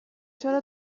چرا